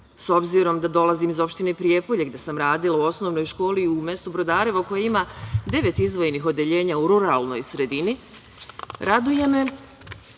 S obzirom da dolazim iz opštine Prijepolje gde sam radila u osnovnoj školi u mestu Brodarevo koje ima devet izdvojenih odeljenja u ruralnoj sredini, raduje me